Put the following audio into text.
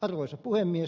arvoisa puhemies